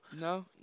No